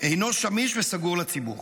אינו שמיש וסגור לציבור.